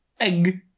Egg